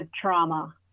trauma